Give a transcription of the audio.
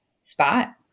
spot